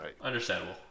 Understandable